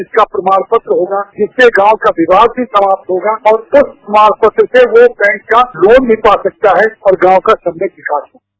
जिसका प्रमाण पत्र होगा जिससे गांव का विवाद भी समाप्त होगा और उस प्रमाण पत्र से वह बैंक का लोन भी या सकता है और गांव का सर्वागीण विकास होगा